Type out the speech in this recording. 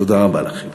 תודה רבה לכם.